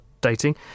dating